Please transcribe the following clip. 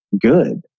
good